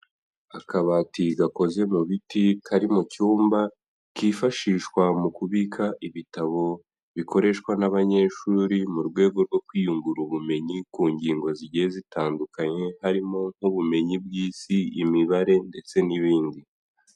Akabati gakoze mu biti kari mu cyumba, kifashishwa mu kubika ibitabo bikoreshwa n'abanyeshuri mu rwego rwo kwiyungura ubumenyi ku ngingo zigiye zitandukanye, harimo nk'ubumenyi bw'Isi imibare ndetse n'ibindi.